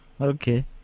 Okay